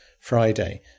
Friday